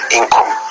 income